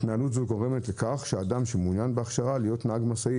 התנהלות זו גורמת לכך שאדם שמעוניין בהכשרה להיות נהג משאית,